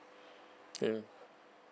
ya